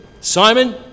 Simon